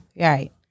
Right